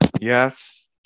Yes